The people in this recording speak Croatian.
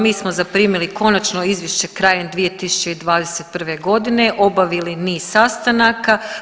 Mi smo zaprimili konačno izvješće krajem 2021. godine, obavili niz sastanaka.